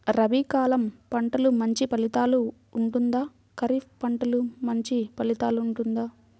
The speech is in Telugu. రబీ కాలం పంటలు మంచి ఫలితాలు ఉంటుందా? ఖరీఫ్ పంటలు మంచి ఫలితాలు ఉంటుందా?